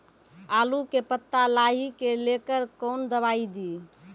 आलू के पत्ता लाही के लेकर कौन दवाई दी?